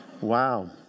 Wow